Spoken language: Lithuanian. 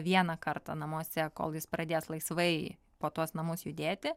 vieną kartą namuose kol jis pradės laisvai po tuos namus judėti